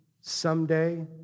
someday